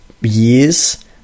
years